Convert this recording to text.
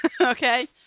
Okay